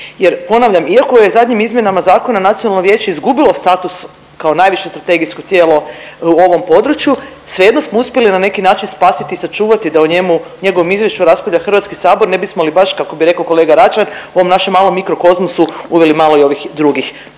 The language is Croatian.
jer ponavljam iako je zadnjim izmjenama zakona nacionalno vijeće izgubilo status kao najviše … tijelo u ovom području, svejedno smo uspjeli na neki način spasiti i sačuvati da o njemu, njegovom izvješću raspravlja HS ne bismo li baš kako bi rekao kolega Račan u ovom našem malom mikrokozmosu uveli i malo ovih drugih,